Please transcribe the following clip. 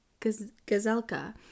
Gazelka